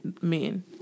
men